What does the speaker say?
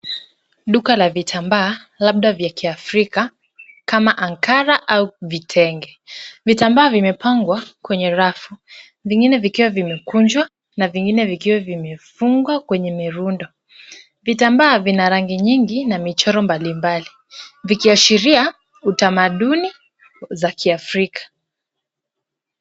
Duka la vitambaa labda vya kiafrika kama ankara au vitenge. Vitambaa vimepangwa kwenye rafu, vingine vikiwa vimekunjwa na vingine vikiwa vimefungwa kwenye mirundo. Vitambaa vina rangi nyingi na michoro mbalimbali vikiashiria utamaduni za kiafrika.